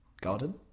Garden